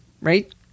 right